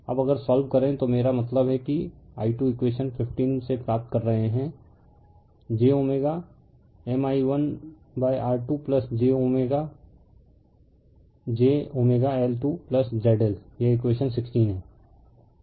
अब अगर सोल्व करें तो मेरा मतलब है कि i2 इकवेशन 15 से प्राप्त कर रहे हैं j Mi1R2j jL2ZL यह इकवेशन 16 है